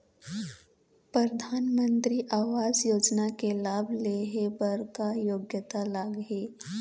परधानमंतरी आवास योजना के लाभ ले हे बर का योग्यता लाग ही?